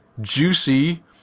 juicy